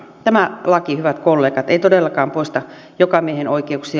tämä laki hyvät kollegat ei todellakaan poista jokamiehenoikeuksia